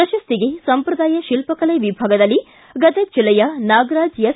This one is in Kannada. ಪ್ರಶಸ್ತಿಗೆ ಸಂಪ್ರದಾಯ ಶಿಲ್ಪ ಕಲೆ ವಿಭಾಗದಲ್ಲಿ ಗದಗ್ ಜಿಲ್ಲೆಯ ನಾಗರಾಜ ಎಸ್